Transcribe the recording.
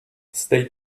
stay